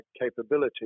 capability